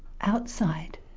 outside